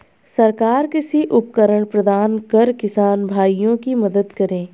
सरकार कृषि उपकरण प्रदान कर किसान भाइयों की मदद करें